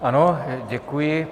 Ano, děkuji.